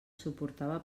suportava